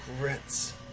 grits